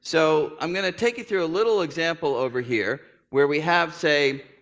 so i'm going to take you through a little example over here, where we have, say,